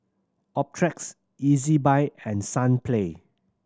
Optrex Ezbuy and Sunplay